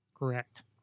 correct